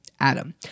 Adam